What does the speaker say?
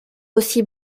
aussi